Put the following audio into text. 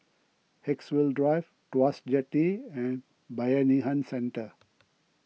Haigsville Drive Tuas Jetty and Bayanihan Centre